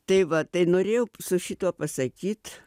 tai va tai norėjau su šituo pasakyt